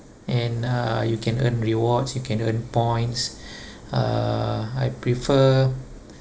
and uh you can earn rewards you can earn points uh I prefer